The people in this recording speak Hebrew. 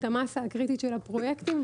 את המסה הקריטית של הפרויקטים.